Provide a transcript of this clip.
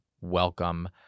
welcome